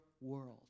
world